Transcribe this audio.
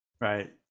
Right